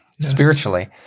spiritually